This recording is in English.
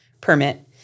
permit